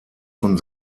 von